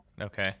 Okay